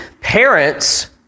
parents